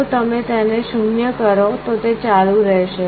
જો તમે તેને 0 કરો તો તે ચાલુ રહેશે